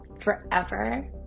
forever